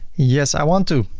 yes, i want to.